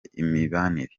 imibanire